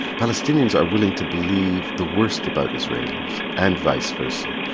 palestinians are willing to believe the worst about israelis and vice versa,